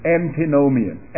antinomian